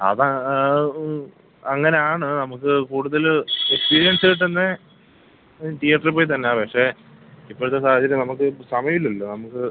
അത് അങ്ങനെയാണ് നമുക്ക് കൂടുതൽ എക്സ്പീരിയൻസ് കിട്ടുന്നത് തീയേറ്ററിൽ പോയി തന്നാൽ പക്ഷേ ഇപ്പോഴത്തെ സാഹചര്യം നമുക്ക് സമയം ഇല്ലല്ലോ നമുക്ക്